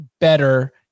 better